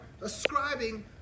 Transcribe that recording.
ascribing